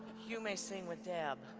you may sing with deb.